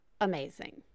amazing